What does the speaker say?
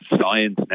science